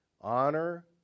honor